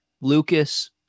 Lucas